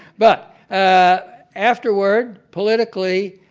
but ah afterward, politically,